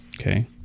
Okay